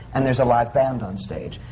and there's a live band on stage.